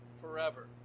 forever